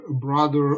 brother